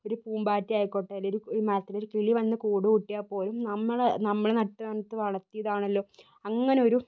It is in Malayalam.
ഒരു പൂമ്പാറ്റ ആയിക്കോട്ടെ അല്ലെങ്കിൽ ഒരു മരത്തില് ഒരു കിളി വന്നു കൂടു കൂട്ടിയാൽ പോലും നമ്മള് നമ്മള് നട്ട് വളർത്തിയത് ആണല്ലോ അങ്ങനെ ഒരു